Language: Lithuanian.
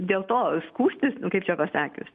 dėl to skųstis kaip čia pasakius